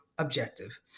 objective